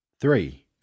Three